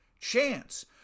chance